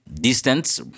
distance